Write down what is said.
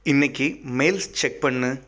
இன்னிக்கு mails check பண்ணு